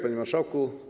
Panie Marszałku!